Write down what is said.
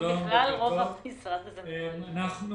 שם בכלל רוב המשרד הזה --- שלום, בוקר טוב.